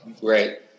Great